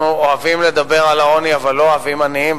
אנחנו אוהבים לדבר על העוני אבל לא אוהבים עניים.